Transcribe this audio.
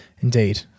Indeed